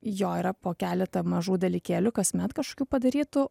jo yra po keletą mažų dalykėlių kasmet kažkokių padarytų